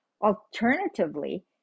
Alternatively